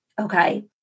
okay